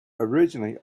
originally